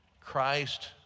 Christ